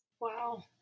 Wow